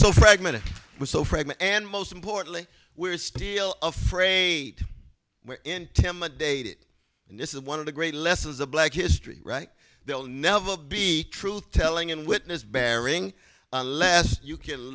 so fragmented and most importantly we're still afraid we're intimidated and this is one of the great lessons of black history right there will never be truth telling in witness bearing unless you can